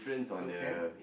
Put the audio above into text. okay